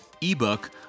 ebook